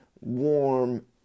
warm